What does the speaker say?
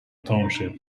township